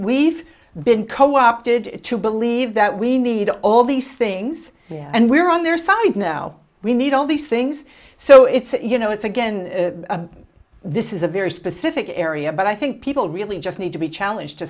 we've been co opted to believe that we need all these things and we're on their side now we need all these things so it's you know it's again this is a very specific area but i think people really just need to be challenged to